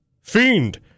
Fiend